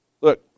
Look